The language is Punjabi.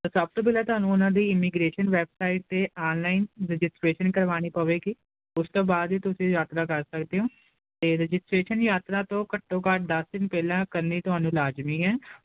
ਤਾਂ ਸਭ ਤੋਂ ਪਹਿਲਾਂ ਤੁਹਾਨੂੰ ਉਹਨਾਂ ਦੀ ਇਮੀਗ੍ਰੇਸ਼ਨ ਵੈਬਸਾਈਟ ਤੇ ਆਨਲਾਈਨ ਰਜਿਸਟਰੇਸ਼ਨ ਕਰਵਾਣੀ ਪਵੇਗੀ ਉਸ ਤੋਂ ਬਾਅਦ ਤੁਸੀਂ ਯਾਤਰਾ ਕਰ ਸਕਦੇ ਹੋ ਤੇ ਰਜਿਸਟਰੇਸ਼ਨ ਯਾਤਰਾ ਤੋਂ ਘੱਟੋ ਘੱਟ ਦਸ ਦਿਨ ਪਹਿਲਾਂ ਕਰਨੀ ਤੁਹਾਨੂੰ ਲਾਜ਼ਮੀ ਹੈ